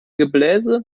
gebläse